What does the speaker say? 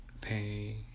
pay